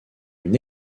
une